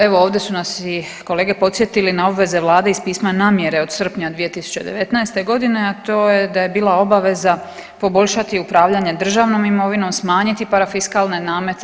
Evo ovdje su nas i kolege podsjetile na obveze vlade iz pisma namjere od srpnja 2019. godine, a to je da je bila obaveza poboljšati upravljanje državnom imovinom, smanjiti parafiskalne namete.